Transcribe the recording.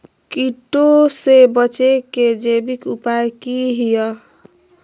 कीटों से बचे के जैविक उपाय की हैय?